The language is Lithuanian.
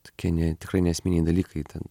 tokie ne tikrai neesminiai dalykai ten